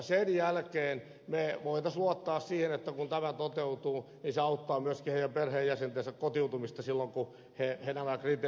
sen jälkeen me voisimme luottaa siihen että kun tämä toteutuu niin se auttaa myöskin heidän perheenjäsentensä kotoutumista silloin kun he nämä kriteerit täyttävät